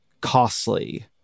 costly